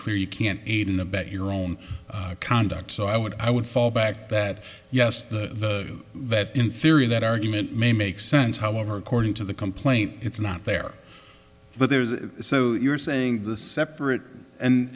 clear you can't aid and abet your own conduct so i would i would fall back that yes that in theory that argument may make sense however according to the complaint it's not there but there is so you're saying the separate and